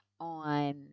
on